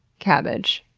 cabbage.